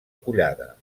collada